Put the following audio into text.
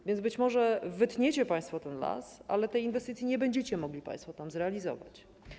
A więc być może wytniecie państwo las, ale inwestycji nie będziecie mogli państwo tam zrealizować.